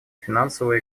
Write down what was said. финансово